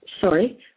sorry